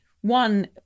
one